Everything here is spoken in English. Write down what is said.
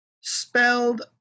spelled